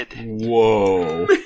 whoa